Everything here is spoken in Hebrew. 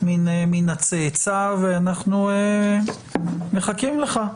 מן הצאצא ואנחנו מחכים לך.